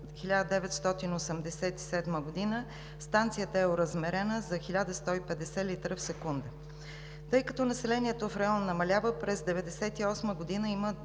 1987 г. станцията е оразмерена за 1150 литра в секунда. Тъй като населението в района намалява, през 1998 г. има